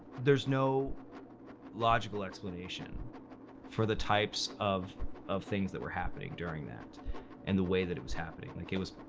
there's no logical explanation for the types of of things that were happening during that and the way that it was happening. like, it was.